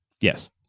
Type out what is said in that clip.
Yes